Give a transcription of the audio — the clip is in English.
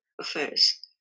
affairs